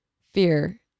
Fear